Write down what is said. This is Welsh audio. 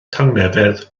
tangnefedd